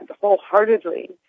wholeheartedly